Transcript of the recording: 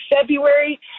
February